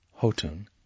Hotun